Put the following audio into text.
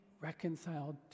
reconciled